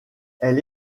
elle